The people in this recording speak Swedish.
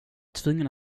tvungen